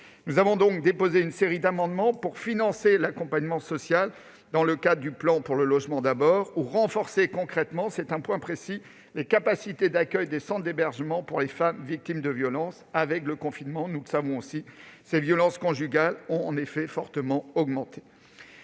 Nous avons donc déposé une série d'amendements tendant à financer l'accompagnement social dans le cadre du plan quinquennal pour le Logement d'abord, ou à renforcer concrètement- c'est une demande précise -les capacités d'accueil des centres d'hébergement pour les femmes victimes de violences. Avec le confinement, nous le savons, les violences conjugales ont en effet beaucoup augmenté.